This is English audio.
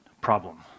problem